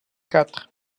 quatre